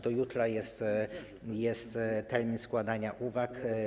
Do jutra jest termin składania uwag.